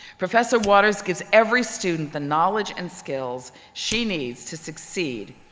professor waters gives every student the knowledge and skills she needs to succeed,